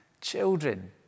children